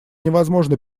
невозможно